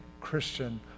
Christian